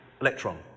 electron